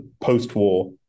post-war